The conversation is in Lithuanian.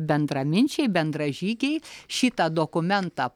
bendraminčiai bendražygiai šitą dokumentą